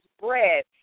bread